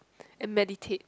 and meditate